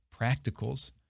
practicals